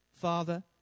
Father